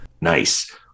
Nice